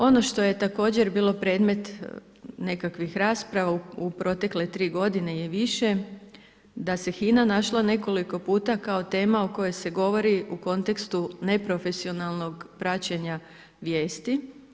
Ono što je također bilo predmet nekakvih rasprava u protekle 3 godine i više da se HINA našla nekoliko puta kao tema o kojoj se govori u kontekstu neprofesionalnog praćenja vijesti.